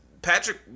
Patrick